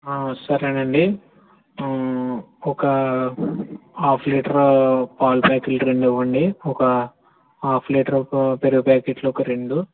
ఆ సరేనండి ఒక హాఫ్ లీటరు పాలు ప్యాకెట్లు రెండు ఇవ్వండి ఒక హాఫ్ లీటరు ఒక పెరుగు ప్యాకెట్లు ఒక రెండు